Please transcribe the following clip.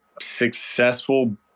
successful